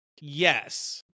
yes